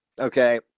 okay